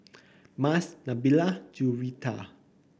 Mas Nabila Juwita